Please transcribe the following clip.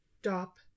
stop